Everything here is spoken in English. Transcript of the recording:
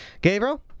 Gabriel